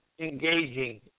engaging